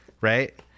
right